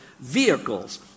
vehicles